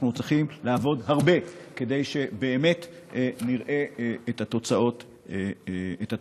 אנחנו צריכים לעבוד הרבה כדי שבאמת נראה את התוצאות בשטח.